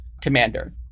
commander